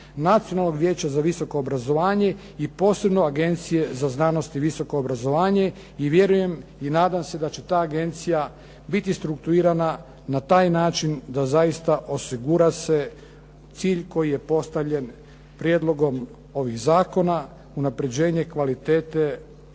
Nacionalnog vijeća za visoko obrazovanje i posebno Agencije za znanost i visoko obrazovanje i vjerujem i nadam se da će ta agencija biti strukturirana na taj način da zaista osigura se cilj koji je postavljen prijedlogom ovih zakona, unapređenje kvalitete obrazovanja